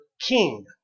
king